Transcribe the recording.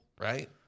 right